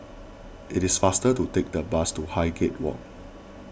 it is faster to take the bus to Highgate Walk